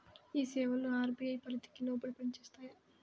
ఈ సేవలు అర్.బీ.ఐ పరిధికి లోబడి పని చేస్తాయా?